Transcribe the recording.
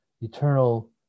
eternal